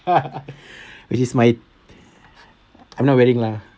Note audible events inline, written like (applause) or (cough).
(laughs) which is my I'm not wearing lah